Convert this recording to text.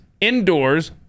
indoors